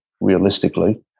realistically